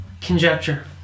Conjecture